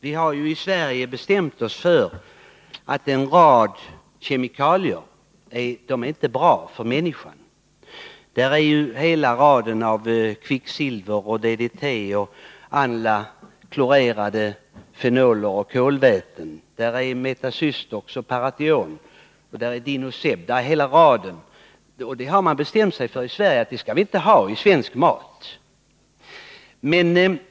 Vi har i Sverige bestämt oss för att en rad kemikalier inte är bra för människan. Där är hela raden av kvicksilveroch DDT-preparat, alla klorerade fenoler och kolväten, där är Metasystox och paration, där är dinoseb, osv. Vi har bestämt oss för att vi inte skall ha det i svensk mat.